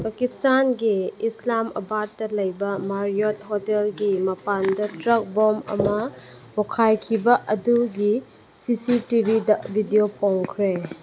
ꯄꯀꯤꯁꯇꯥꯟꯒꯤ ꯏꯁꯂꯥꯃꯕꯥꯠꯇ ꯂꯩꯕ ꯃꯥꯔꯤꯌꯠ ꯍꯣꯇꯦꯜꯒꯤ ꯃꯄꯥꯟꯗ ꯇ꯭ꯔꯦꯛ ꯕꯣꯝ ꯑꯃ ꯑꯗꯨꯒꯤ ꯁꯤ ꯁꯤ ꯇꯤ ꯚꯤꯗ ꯚꯤꯗꯤꯑꯣ ꯐꯣꯡꯈ꯭ꯔꯦ